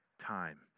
time